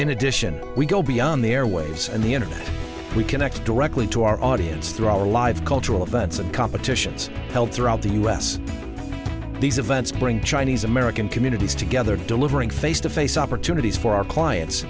in addition we go beyond the airwaves and the internet we connect directly to our audience through all the live cultural events and competitions held throughout the u s these events bring chinese american communities together delivering face to face opportunities for our clients